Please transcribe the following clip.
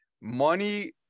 Money